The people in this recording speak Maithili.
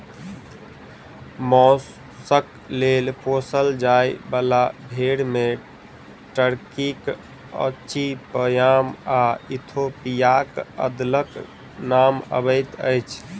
मौसक लेल पोसल जाय बाला भेंड़ मे टर्कीक अचिपयाम आ इथोपियाक अदलक नाम अबैत अछि